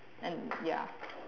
and ya